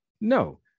no